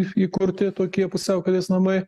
įkurti tokie pusiaukelės namai